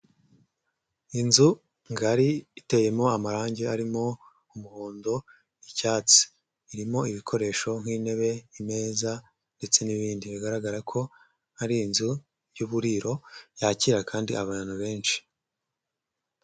Inzu ngari iteyemo amarangi harimo umuhondo n'icyatsi, irimo ibikoresho nk'intebe, imeza ndetse n'ibindi bigaragara ko ari inzu y'uburiro yakira kandi abantu benshi.